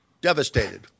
Devastated